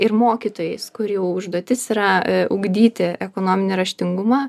ir mokytojais kurių užduotis yra ugdyti ekonominį raštingumą